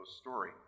story